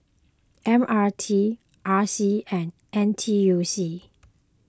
M R T R C and N T U C